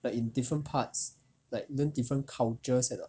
but in different parts like learn different cultures at a